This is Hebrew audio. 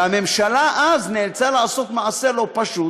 והממשלה אז נאלצה לעשות מעשה לא פשוט,